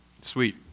Sweet